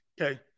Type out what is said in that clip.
Okay